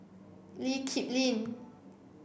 Lee Kip Lin